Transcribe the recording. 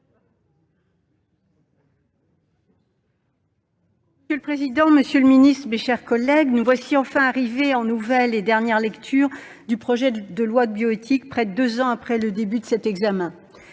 Monsieur le président, monsieur le secrétaire d'État, mes chers collègues, nous voici enfin arrivés en nouvelle et dernière lecture du projet de loi bioéthique, près de deux ans après le début de son examen.